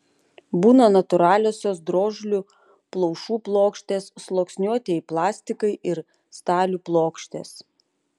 būna natūraliosios drožlių plaušų plokštės sluoksniuotieji plastikai ir stalių plokštės